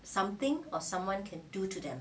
something or someone can do to them